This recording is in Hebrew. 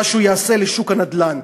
זה מה שהוא יעשה לשוק הנדל"ן.